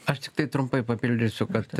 aš tiktai trumpai papildysiu kad